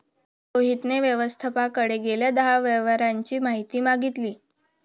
रोहितने व्यवस्थापकाकडे गेल्या दहा व्यवहारांची माहिती मागितली